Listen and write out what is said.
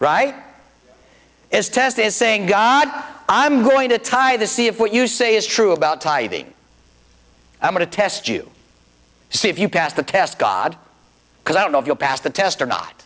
right is test is saying god i'm going to tie the see if what you say is true about tithing i'm going to test you see if you pass the test god because i don't know if you'll pass the test or not